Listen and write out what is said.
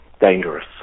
dangerous